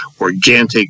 organic